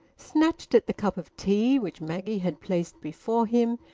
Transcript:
snatched at the cup of tea which maggie had placed before him,